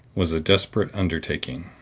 was a desperate undertaking.